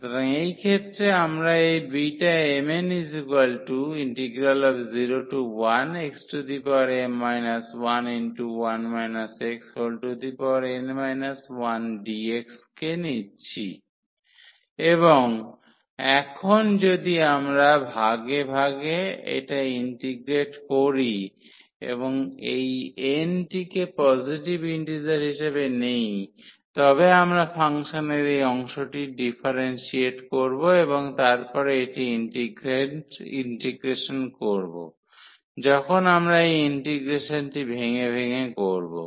সুতরাং এই ক্ষেত্রে আমরা এই Bmn01xm 11 xn 1dx কে নিচ্ছি এবং এখন যদি আমরা ভাগে ভাগে এটা ইন্টিগ্রেট করি এবং এই n টিকে পজিটিভ ইন্টিজার হিসাবে নিই তবে আমরা ফাংশনের এই অংশটির ডিফারেন্সিয়েট করব এবং তারপরে এটি ইন্টিগ্রেশন করব যখন আমরা এই ইন্টিগ্রেশনটি ভেঙে ভেঙে করব